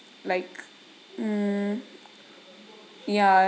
like um yeah